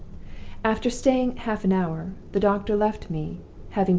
after staying half an hour, the doctor left me,